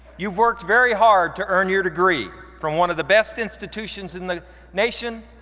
you've worked very hard to earn your degree from one of the best institutions in the nation,